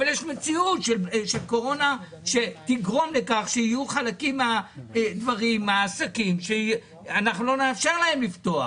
יש מציאות של קורונה שתגרום לכך שלחלק מהעסקים לא נאפשר לפתוח.